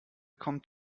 kommt